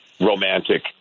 romantic